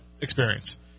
experience